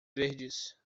verdes